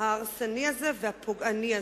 ההרסני הזה והפוגעני הזה.